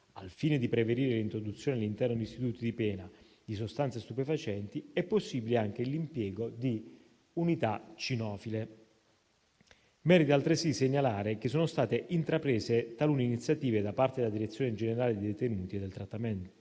Al fine di prevenire l'introduzione all'interno degli istituti di pena di sostanze stupefacenti, è possibile anche l'impiego di unità cinofile. Merita altresì segnalare che sono state intraprese talune iniziative da parte della Direzione generale dei detenuti e del trattamento